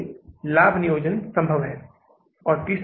तो इसका मतलब है कि अब क्या हुआ है